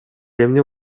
эмне